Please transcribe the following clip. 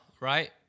right